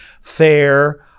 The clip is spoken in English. fair